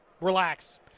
Relax